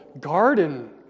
garden